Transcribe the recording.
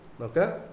okay